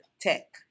tech